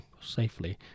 safely